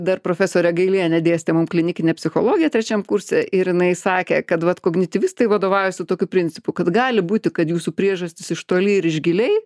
dar profesorė gailienė dėstė mum klinikinę psichologiją trečiam kurse ir jinai sakė kad vat kognityvistai vadovaujasi tokiu principu kad gali būti kad jūsų priežastis iš toli ir iš giliai